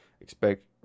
expect